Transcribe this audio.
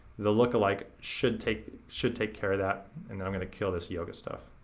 the lookalike should take should take care of that. and then i'm gonna kill this yoga stuff.